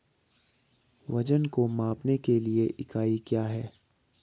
वजन को मापने के लिए इकाई क्या है?